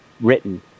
written